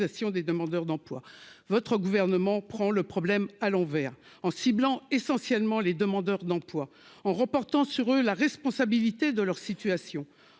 des demandeurs d'emploi, votre gouvernement prend le problème à l'envers en ciblant essentiellement les demandeurs d'emploi en reportant sur eux la responsabilité de leur situation